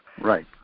Right